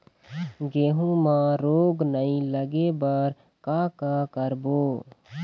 गेहूं म रोग नई लागे बर का का करबो?